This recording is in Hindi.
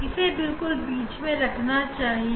इसे बिल्कुल बीच में रहना चाहिए